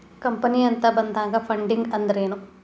Company ಅಂತ ಬಂದಾಗ funding ಅಂದ್ರೆನು?